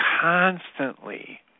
constantly